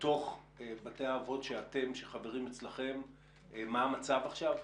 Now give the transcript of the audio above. מתוך בתי אבות שחברים אצלכם, מה המצב עכשיו?